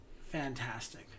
fantastic